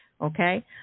okay